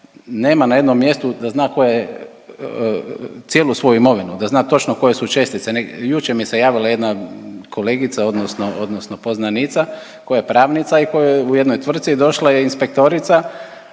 nema na jednom mjestu da zna koja je cijelu svoju imovinu, da zna točno koje su čestice. Jučer mi se javila jedna kolegica odnosno, odnosno poznanica koja je pravnica i koja je u jednoj tvrtci, došla je inspektorica